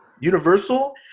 Universal